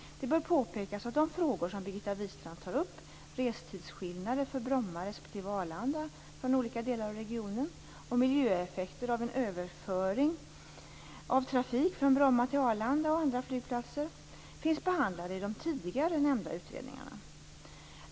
Det bör påpekas att de frågor som Brigitta Wistrand tar upp, restidsskillnader för Bromma respektive Arlanda från olika delar av regionen och miljöeffekter av en överföring av trafik från Bromma till Arlanda och andra flygplatser, finns behandlade i de tidigare nämnda utredningarna.